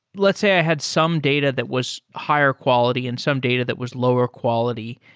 let's say i had some data that was higher quality and some data that was lower quality.